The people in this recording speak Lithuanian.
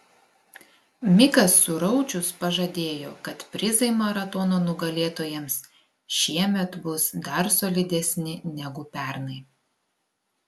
mikas suraučius pažadėjo kad prizai maratono nugalėtojams šiemet bus dar solidesni negu pernai